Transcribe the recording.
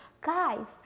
guys